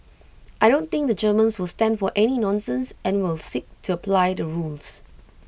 I don't think the Germans will stand for any nonsense and will seek to apply the rules